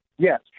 Yes